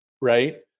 right